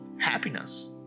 happiness